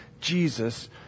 Jesus